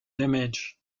damage